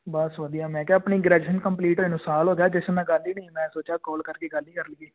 ਬਸ ਵਧੀਆ ਮੈਂ ਕਿਹਾ ਆਪਣੀ ਗ੍ਰੈਜੂਏਸ਼ਨ ਕੰਪਲੀਟ ਹੋਏ ਨੂੰ ਸਾਲ ਹੋ ਗਿਆ ਜਸ਼ਨ ਨਾਲ ਗੱਲ ਹੀ ਨਹੀਂ ਮੈਂ ਸੋਚਿਆ ਕੋਲ ਕਰਕੇ ਗੱਲ ਹੀ ਕਰ ਲਈਏ